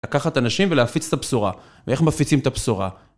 לקחת אנשים ולהפיץ את הבשורה, ואיך מפיצים את הבשורה?